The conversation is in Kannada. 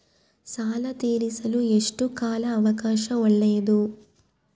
ಸಾಲ ತೇರಿಸಲು ಎಷ್ಟು ಕಾಲ ಅವಕಾಶ ಒಳ್ಳೆಯದು?